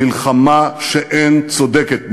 מלחמה שאין צודקת ממנה.